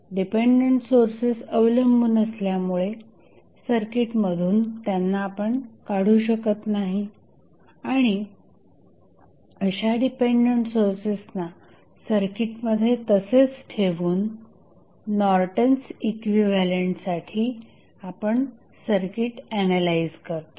dependent sources अवलंबून असल्यामुळे circuit मधून त्यांना आपण काढू शकत नाही आणि अशा डिपेंडंट सोर्सेसना सर्किटमध्ये तसेच ठेवून नॉर्टन्स इक्विव्हॅलंटसाठी आपण सर्किट एनालाईझ करतो